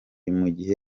mugihe